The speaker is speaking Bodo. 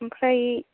ओमफ्राय